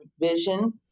vision